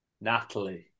Natalie